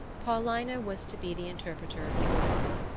paulina was to be the interpreter of the oracle,